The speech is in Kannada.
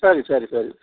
ಸರಿ ಸರಿ ಸರಿ